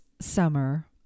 summer